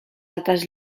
altres